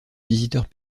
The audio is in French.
visiteurs